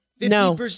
no